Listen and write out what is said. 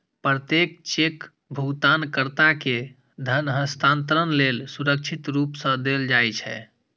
प्रत्येक चेक भुगतानकर्ता कें धन हस्तांतरण लेल सुरक्षित रूप सं देल जाइ छै